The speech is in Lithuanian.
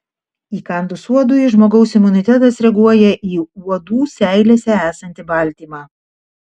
įkandus uodui žmogaus imunitetas reaguoja į uodų seilėse esantį baltymą